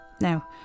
Now